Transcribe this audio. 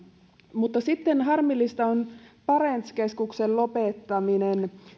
mutta sitten harmillista on barents keskuksen lopettaminen